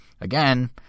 again